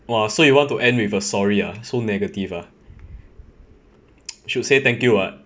!wah! so you want to end with a sorry ah so negative ah should say thank you [what]